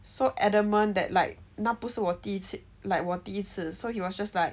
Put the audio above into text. so adamant that like 那不是我第一次 like 我第一次 so he was just like